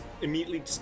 immediately